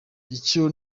icyo